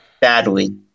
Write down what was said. badly